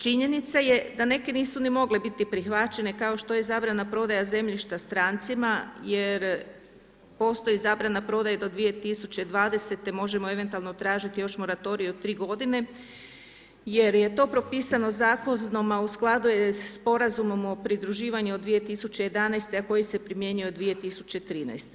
Činjenica je da neke nisu ni mogle biti prihvaćene kao što je zabrana prodaja zemljišta strancima jer postoji zabrana prodaje do 2020. možemo eventualno tražiti još moratorij od tri godine jer je to propisano zakonom, a u skladu je sa Sporazumom o pridruživanju od 2011., a koji se primjenjuje od 2013.